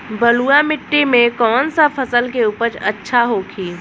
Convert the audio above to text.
बलुआ मिट्टी में कौन सा फसल के उपज अच्छा होखी?